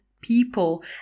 people